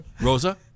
Rosa